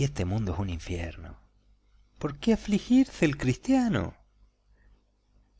la escarcha en el invierno por qué afligirse el cristiano